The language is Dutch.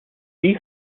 die